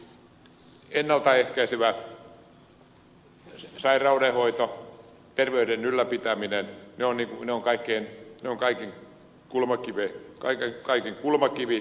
siis ennalta ehkäisevä sairaudenhoito terveyden ylläpitäminen se on kaiken kulmakivi